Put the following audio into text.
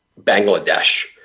Bangladesh